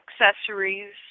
accessories